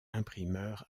imprimeur